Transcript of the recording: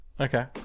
Okay